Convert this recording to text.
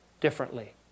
differently